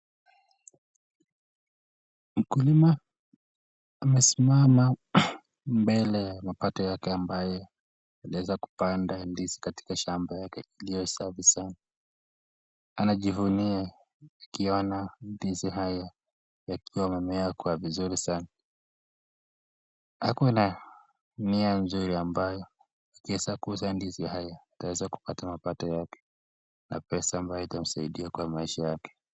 Mkulima amesimama mbele ya mapato yake ambaye aliweza kupanda ndizi katika shamba yake iliyo safi sana. Amejivunia akiona ndizi haya yakiwa yamemea kwa vizuri sana. Ako na mimea nzuri ambayo akiweza kuuza ndizi haya ataweza kupata mapato yake na pesa ambayo itamsaidia kwa maisha yake.